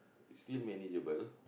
it's still manageable